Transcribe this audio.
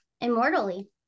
immortally